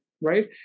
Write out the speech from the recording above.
right